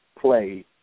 play